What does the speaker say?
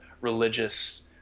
religious